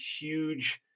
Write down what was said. huge